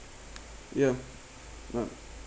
ya